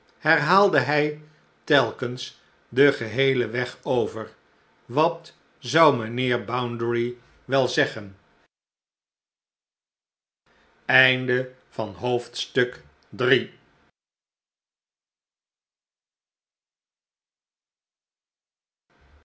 herhaalde hij telkens den geheelen weg over wat zou mijnheer bounderby wel zeggen